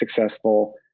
successful